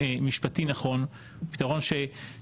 הוא פתרון משפטי נכון,